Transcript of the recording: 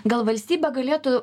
gal valstybė galėtų